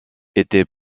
était